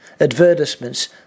Advertisements